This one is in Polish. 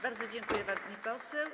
Bardzo dziękuję, pani poseł.